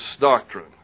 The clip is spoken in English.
doctrine